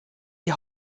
die